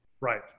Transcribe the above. Right